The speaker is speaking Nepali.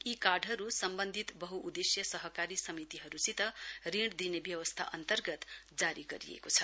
यी कार्डहरू सम्बन्धित बह्उद्देश्यीय सहकारी समितिहरूसित ऋण दिने व्यवस्था अन्तर्गत जारी गरिएको छ